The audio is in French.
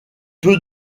peu